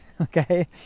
Okay